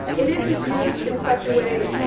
it isn't used in such a way.